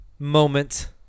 Moment